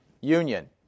Union